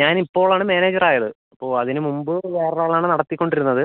ഞാൻ ഇപ്പോളാണ് മാനേജർ ആയത് അപ്പോൾ അതിന് മുമ്പ് വേറെ ഒരാളാണ് നടത്തിക്കൊണ്ടിരിന്നത്